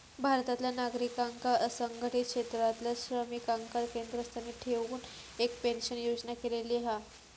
भारतातल्या नागरिकांका असंघटीत क्षेत्रातल्या श्रमिकांका केंद्रस्थानी ठेऊन एक पेंशन योजना केलेली हा